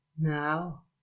now